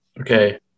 Okay